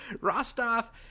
Rostov